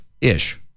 Ish